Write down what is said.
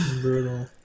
Brutal